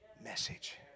message